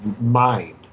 mind